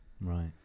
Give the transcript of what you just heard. Right